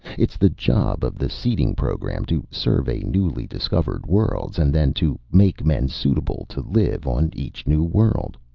it's the job of the seeding program to survey newly discovered worlds, and then to make men suitable to live on each new world.